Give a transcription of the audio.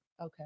Okay